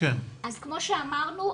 אז כמו שאמרנו,